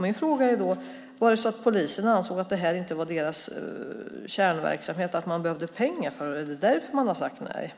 Min fråga är då: Är det därför att polisen anser att det här inte ingår i deras kärnverksamhet och att man behöver pengar för detta som man har sagt nej?